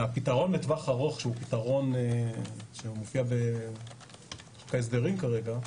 הפתרון לטווח ארוך שהוא פתרון שמופיע בחוק ההסדרים כרגע,